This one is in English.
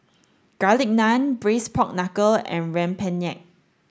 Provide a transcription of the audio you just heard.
garlic naan braised pork knuckle and Rempeyek